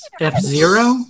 F-Zero